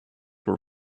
were